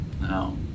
now